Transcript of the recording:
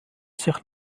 sich